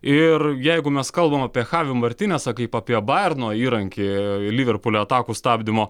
ir jeigu mes kalbam apie chavi martinesą kaip apie bajerno įrankį liverpulio atakų stabdymo